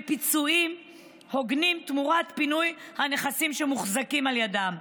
לפיצויים הוגנים תמורת פינוי הנכסים שמוחזקים על ידם.